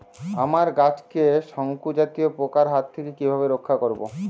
আমার গাছকে শঙ্কু জাতীয় পোকার হাত থেকে কিভাবে রক্ষা করব?